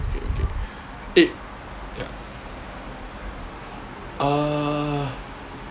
okay eh uh